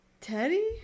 teddy